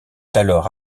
alors